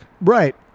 Right